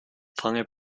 fang